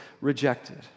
rejected